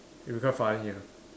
it'll be quite funny ah